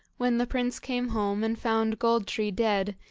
when the prince came home, and found gold-tree dead,